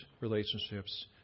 relationships